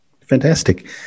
Fantastic